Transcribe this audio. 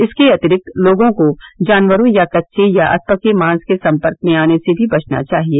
इसके अतिरिक्त लोगों को जानवरों या कच्चे या अधपके मांस के संपर्क में आने से भी बचना चाहिए